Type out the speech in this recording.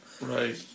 Right